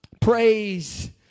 Praise